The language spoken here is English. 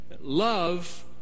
Love